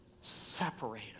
Separate